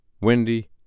Wendy